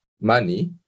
money